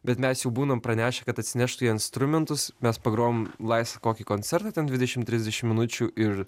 bet mes jau būnam pranešę kad atsineštų jie instrumentus mes pagrojom laisvą kokį koncertą ten dvidešim trisdešim minučių ir